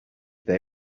they